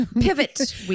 Pivot